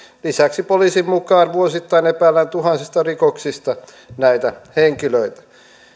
lisäksi poliisin mukaan vuosittain epäillään tuhansista rikoksista näitä henkilöitä